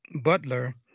butler